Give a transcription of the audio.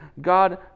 God